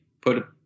put